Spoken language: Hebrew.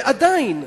ועדיין,